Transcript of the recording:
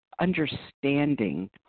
understanding